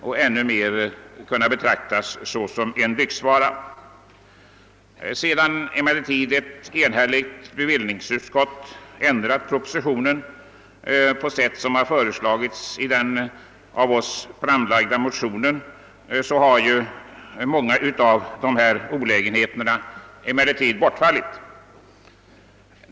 Ännu mindre gäller detta uppfattningen att dessa skulle anses som lyxvaror. Sedan ett enhälligt bevillningsutskott ändrat propositionens förslag i enlighet med vad vi önskat i vår motion har emellertid många av dessa olägenheter bortfallit.